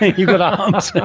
you've got arms!